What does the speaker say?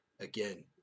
Again